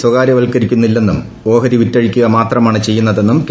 C സ്വകാര്യവത്കരിക്കുന്നില്ലെന്നും ഓഹരി വിറ്റഴിക്കുക മാത്രമാണ് ചെയ്യുന്നതെന്നും സർക്കാർ